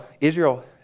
Israel